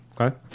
Okay